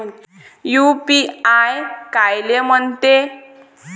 UPI कायले म्हनते?